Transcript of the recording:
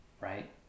right